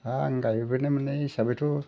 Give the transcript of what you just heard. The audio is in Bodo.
दा आं गायबोनो मोननाय हिसाबैथ'